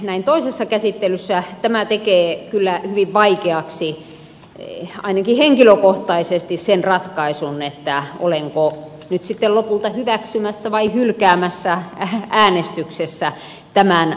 näin toisessa käsittelyssä tämä tekee kyllä hyvin vaikeaksi ainakin henkilökohtaisesti sen ratkaisun olenko nyt sitten lopulta hyväksymässä vai hylkäämässä äänestyksessä tämän lakipaketin